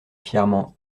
fièrement